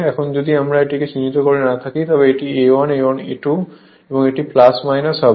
এখানে যদি আমি এটি চিহ্নিত না করে থাকি তবে এটি A1 A2 এবং এটি হবে